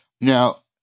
Now